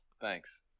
Thanks